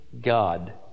God